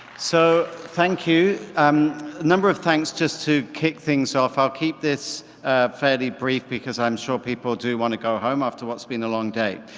so thank you. um a number of thanks, just to kick things off, i'll keep this fairly brief because i'm sure people do want to go home, after what's been a long day.